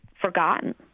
forgotten